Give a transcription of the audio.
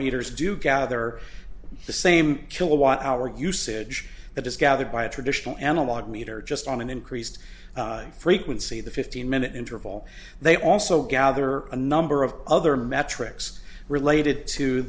meters do gather the same kilowatt hour usage that is gathered by a traditional analog meter just on an increased frequency the fifteen minute interval they also gather a number of other metrics related to